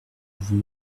vous